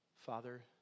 Father